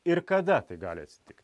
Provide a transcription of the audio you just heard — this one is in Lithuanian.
ir kada tai gali atsitikti